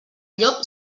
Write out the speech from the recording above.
llop